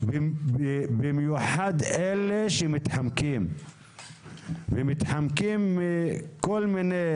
במיוחד אלה שמתחמקים ומתחמקים בכל מיני